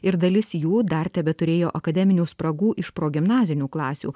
ir dalis jų dar tebeturėjo akademinių spragų iš progimnazinių klasių